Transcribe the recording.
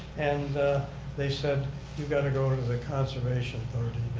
and they said you got to go to the conservation